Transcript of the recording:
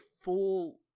full